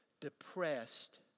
depressed